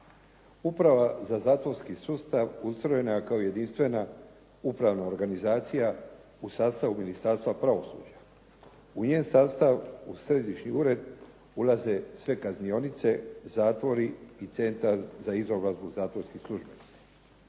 Uprava za zatvorski sustav ustrojena je kao jedinstvena upravna organizacija u sastavu Ministarstva pravosuđa. U njen sastav u središnji ured ulaze sve kaznionice, zatvori i Centar za izobrazbu zatvorskih službi.